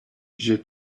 j’ai